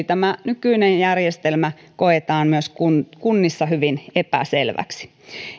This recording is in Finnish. tämä nykyinen järjestelmä koetaan myös kunnissa kunnissa hyvin epäselväksi